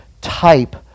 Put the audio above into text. type